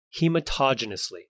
Hematogenously